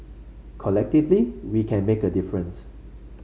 collectively we can make a difference